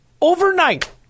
Overnight